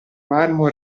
marmo